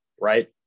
right